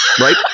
Right